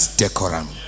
decorum